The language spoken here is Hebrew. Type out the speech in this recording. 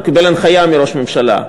הוא קיבל הנחיה מראש הממשלה,